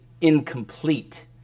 incomplete